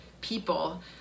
people